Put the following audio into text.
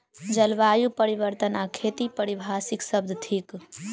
जलवायु परिवर्तन आ खेती पारिभाषिक शब्द थिक